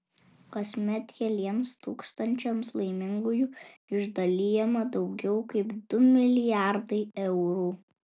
kasmet keliems tūkstančiams laimingųjų išdalijama daugiau kaip du milijardai eurų